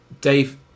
Dave